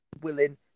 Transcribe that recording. willing